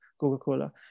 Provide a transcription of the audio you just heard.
coca-cola